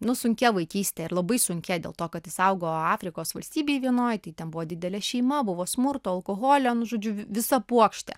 nu sunkia vaikyste ir labai sunkia dėl to kad jis augo afrikos valstybėj vienoj tai ten buvo didelė šeima buvo smurto alkoholio nu žodžiu visa puokštė